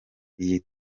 iyi